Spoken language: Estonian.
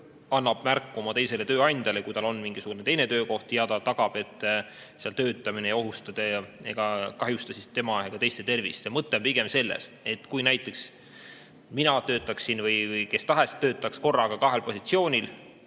annab märku oma tööandjale, kui tal on mingisugune teine töökoht, ja ta tagab, et seal töötamine ei ohusta ega kahjusta tema ega teiste tervist. Mõte on selles, et kui näiteks mina või kes tahes töötaks korraga kahel positsioonil,